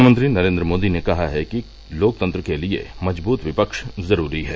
प्रधानमंत्री नरेन्द्र मोदी ने कहा है कि लोकतंत्र के लिए मजबूत विपक्ष जरूरी है